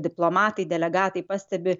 diplomatai delegatai pastebi